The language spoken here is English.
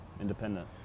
Independent